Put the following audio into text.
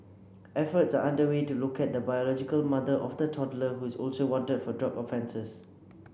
efforts are underway to locate the biological mother of the toddler who is also wanted for drug offences